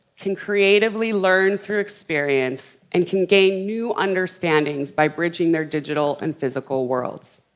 can creativity learn through experience, and can gain new understanding by bridging their digital and physical worlds.